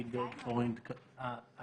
גיל ברגפרוינד, כלכלן, המועצה הישראלית לצרכנות.